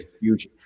huge